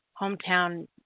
hometown